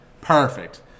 Perfect